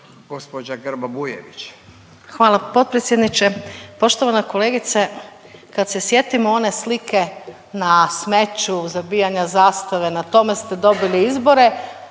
Maja (HDZ)** Hvala potpredsjedniče. Poštovana kolegice, kad se sjetimo one slike na smeću, zabijanja zastave, na tome ste dobili izbore